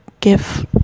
give